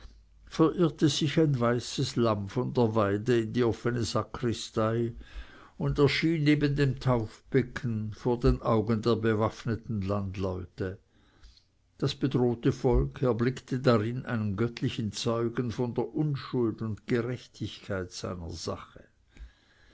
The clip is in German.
verirrte sich ein weißes lamm von der weide in die offene sakristei und erschien neben dem taufbecken vor den augen der bewaffneten landleute das bedrohte volk erblickte darin einen göttlichen zeugen von der unschuld und gerechtigkeit seiner sache